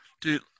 Dude